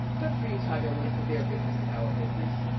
good for you, tiger woods. their business is our business.